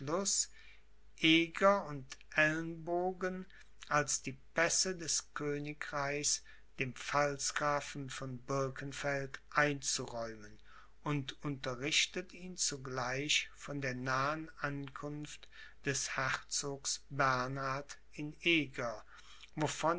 eger und elnbogen als die pässe des königreichs dem pfalzgrafen von birkenfeld einzuräumen und unterrichtet ihn zugleich von der nahen ankunft des herzogs bernhard in eger